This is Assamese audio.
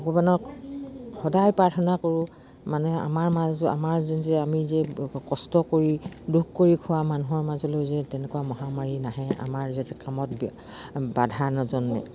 ভগৱানক সদায় প্ৰাৰ্থনা কৰোঁ মানে আমাৰ মাজ আমাৰ যে আমি যে কষ্ট কৰি দুখ কৰি খোৱা মানুহৰ মাজলৈ যেন তেনেকুৱা মহামাৰী নাহে আমাৰ যাতে কামত বি বাধা নজন্মে